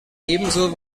ebenso